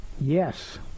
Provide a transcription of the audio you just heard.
Yes